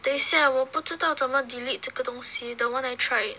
等一下我不知道怎么 delete 这个东西 the one I tried